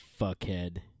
Fuckhead